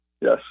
Yes